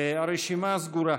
הרשימה סגורה.